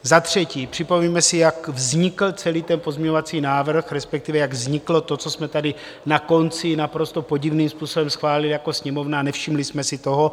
Za třetí, připomeňme si, jak vznikl celý ten pozměňovací návrh, respektive jak vzniklo to, co jsme tady na konci naprosto podivným způsobem schválili jako Sněmovna a nevšimli jsme si toho.